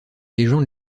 légendes